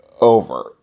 over